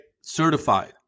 certified